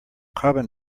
carbon